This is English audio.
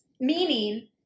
Meaning